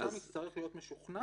שהרשם יצטרך להיות משוכנע